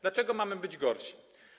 Dlaczego mamy być gorsi?